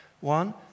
One